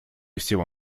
всего